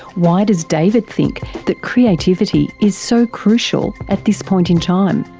why does david think that creativity is so crucial at this point in time?